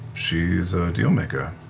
she's a deal-maker.